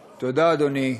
תודה, אדוני.